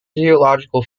geological